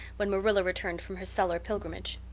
when marilla returned from her cellar pilgrimage.